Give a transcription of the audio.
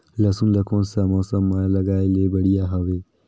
लसुन ला कोन सा मौसम मां लगाय ले बढ़िया हवे?